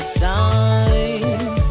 time